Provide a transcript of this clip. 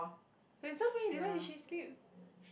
ya she